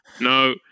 No